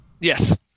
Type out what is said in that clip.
Yes